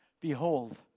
Behold